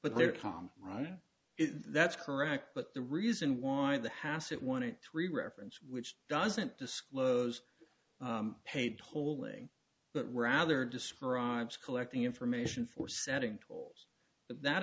but they're calm right now that's correct but the reason why the hassett one and three reference which doesn't disclose paid tolling but rather describes collecting information for setting tolls that